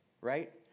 right